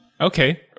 Okay